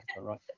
Right